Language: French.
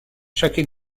chaque